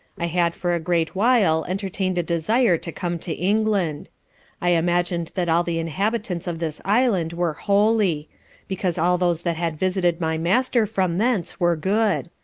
i had for a great while entertain'd a desire to come to england i imagined that all the inhabitants of this island were holy because all those that had visited my master from thence were good,